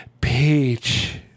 Peach